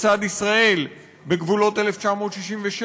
בצד ישראל בגבולות 1967,